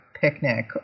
picnic